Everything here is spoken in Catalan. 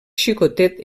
xicotet